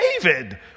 David